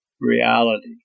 reality